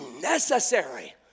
necessary